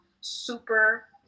super